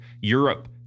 europe